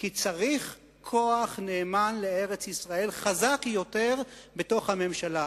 כי צריך כוח נאמן לארץ-ישראל חזק יותר בתוך הממשלה.